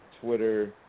Twitter